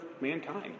mankind